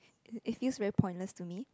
it feels very pointless to me